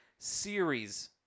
series